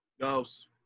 Ghost